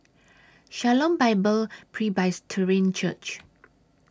Shalom Bible Presbyterian Church